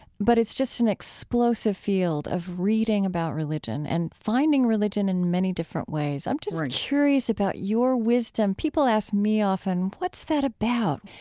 but it's just an explosive field of reading about religion and finding religion in many different ways. i'm just curious about your wisdom people ask me often, what's that about?